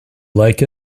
like